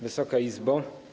Wysoka Izbo!